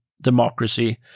democracy